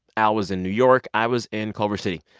al was in new york. i was in culver city.